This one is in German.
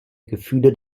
gefühle